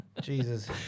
Jesus